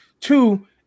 Two